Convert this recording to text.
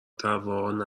طراحان